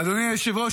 אדוני היושב-ראש,